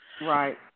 Right